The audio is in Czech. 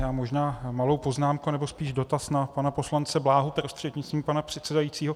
Já možná malou poznámku nebo spíš dotaz na pana poslance Bláhu prostřednictvím pana předsedajícího.